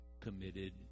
committed